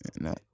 No